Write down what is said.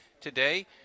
today